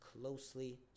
closely